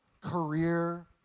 career